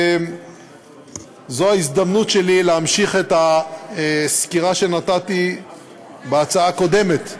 זאת ההזדמנות שלי להמשיך את הסקירה שנתתי בהצעה הקודמת,